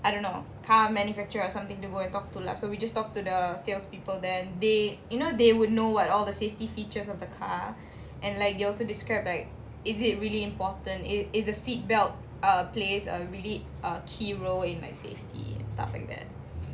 I don't know car manufacturer or something to go and talk to lah so we just talked to the sales people then they you know they would know what all the safety features of the car and like they also described like is it really important it is the seat belt err plays a really a key role in let's say safety and stuff like that